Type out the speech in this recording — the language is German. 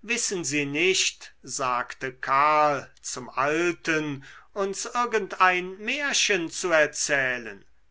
wissen sie nicht sagte karl zum alten uns irgendein märchen zu erzählen